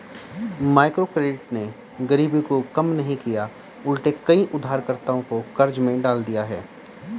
microcredit ने गरीबी को कम नहीं किया उलटे कई उधारकर्ताओं को कर्ज में डाल दिया है